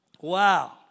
Wow